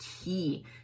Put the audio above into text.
key